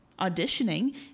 auditioning